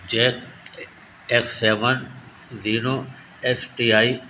Jack X seven zero S T I